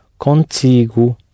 contigo